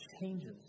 changes